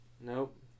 Nope